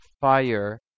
fire